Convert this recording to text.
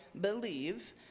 believe